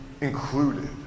included